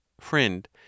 FRIEND